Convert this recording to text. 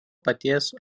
paties